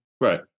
Right